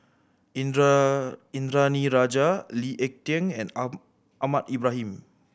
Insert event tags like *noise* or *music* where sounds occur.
*unintelligible* Indranee Rajah Lee Ek Tieng and *unintelligible* Ahmad Ibrahim